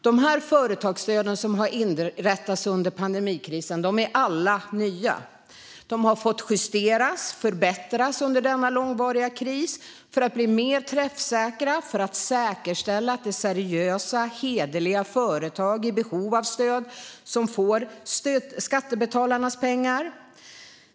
De företagsstöd som har inrättats under pandemikrisen är alla nya. De har fått justeras och förbättras under denna långvariga kris för att bli mer träffsäkra och för att säkerställa att det är seriösa, hederliga företag i behov av stöd som får skattebetalarnas pengar.